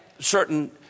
certain